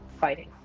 fighting